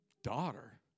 Daughter